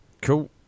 cool